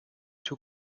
two